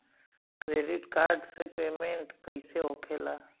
Credit card से payment कईसे होखेला?